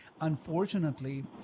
Unfortunately